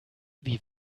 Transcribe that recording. wie